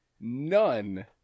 none